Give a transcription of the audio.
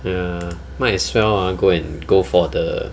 ya might as well ah go and go for the